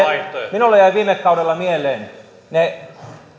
minulle jäivät viime kaudella mieleen ne